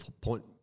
point